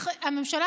הממשלה,